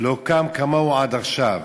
לא היה כמוהו עד עכשיו.